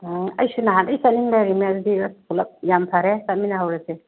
ꯎꯝ ꯑꯩꯁꯨ ꯅꯍꯥꯟꯗꯒꯤ ꯆꯠꯅꯤꯡ ꯂꯩꯔꯤꯕꯅꯦ ꯄꯨꯂꯞ ꯌꯥꯝ ꯐꯔꯦ ꯆꯠꯃꯤꯟꯅꯍꯧꯔꯁꯦ